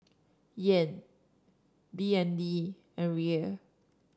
Yen B N D and Riel